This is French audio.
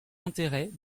intérêts